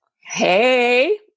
Hey